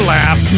Laugh